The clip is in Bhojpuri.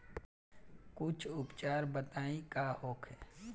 कुछ उपचार बताई का होखे?